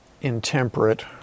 intemperate